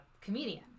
comedian